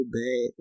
bad